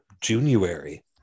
January